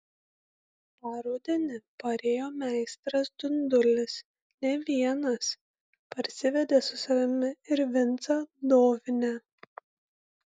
tą rudenį parėjo meistras dundulis ne vienas parsivedė su savimi ir vincą dovinę